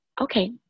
okay